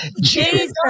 Jesus